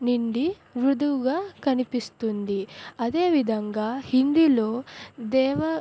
నిండి వృదువుగా కనిపిస్తుంది అదేవిధంగా హిందీలో దేవ